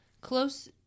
close